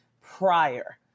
prior